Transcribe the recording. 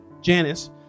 Janice